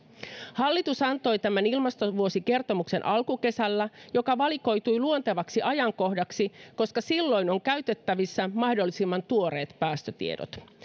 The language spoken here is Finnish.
hallitus antoi tämän ilmastovuosikertomuksen alkukesällä joka valikoitui luontevaksi ajankohdaksi koska silloin on käytettävissä mahdollisimman tuoreet päästötiedot